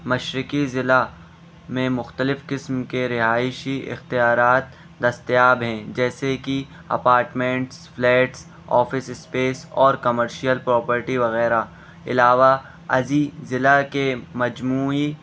مشرقی ضلع میں مختلف قسم کے رہائشی اختیارات دستیاب ہیں جیسے کہ اپارٹمنٹس فلیٹس آفس اسپیس اور کمرشیل پروپرٹی وغیرہ علاوہ ازیں ضلع کے مجموعی